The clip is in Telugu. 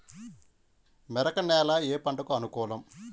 మెరక నేల ఏ పంటకు అనుకూలం?